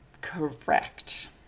Correct